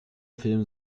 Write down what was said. film